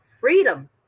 freedom